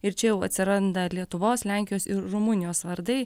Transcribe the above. ir čia jau atsiranda lietuvos lenkijos ir rumunijos vardai